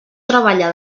treballa